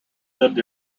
lived